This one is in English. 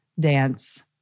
dance